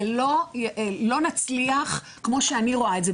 לא נצליח כמו שאני רואה את זה,